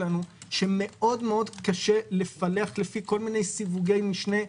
שמאוד מאוד קשה לפלח לפי כל מיני סיווגי משנה.